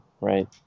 right